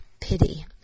pity